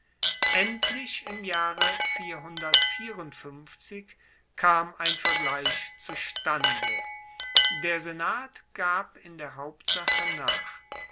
endlich im jahre kam ein vergleich zustande der senat gab in der hauptsache nach